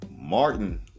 Martin